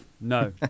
No